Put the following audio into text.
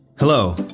Hello